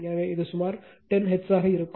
எனவே இது சுமார் 10 ஹெர்ட்ஸாக இருக்கும்